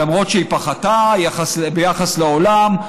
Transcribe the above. למרות שהיא פחתה ביחס לעולם.